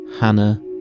Hannah